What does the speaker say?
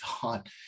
thought